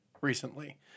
recently